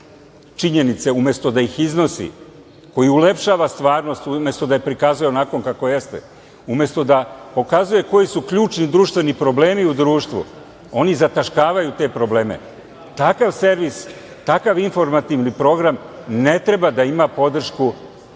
činjenice, umesto da ih iznosi, koji ulepšava stvarnost, umesto da je prikazuje onakvom kakva jeste, umesto da pokazuje koji su ključni društveni problemi u društvu, oni zataškavaju te probleme. Takav servis, takav informativni program ne treba da ima podršku